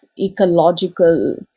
ecological